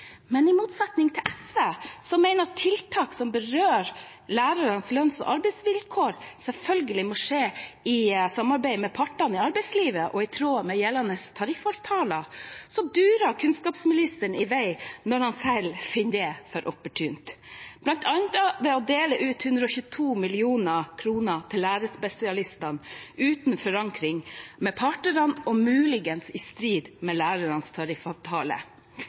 Men i motsetning til SV, som mener at tiltak som berører lærernes lønns- og arbeidsvilkår, selvfølgelig må skje i samarbeid med partene i arbeidslivet og i tråd med gjeldende tariffavtaler, durer kunnskapsministeren i vei når han selv finner det opportunt, bl.a. ved å dele ut 122 mill. kr til lærerspesialister, uten forankring hos partene og muligens i strid med lærernes tariffavtale.